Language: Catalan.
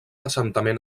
assentament